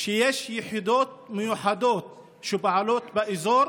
יש יחידות מיוחדות שפועלות באזור.